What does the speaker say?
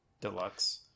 Deluxe